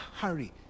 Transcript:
hurry